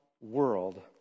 world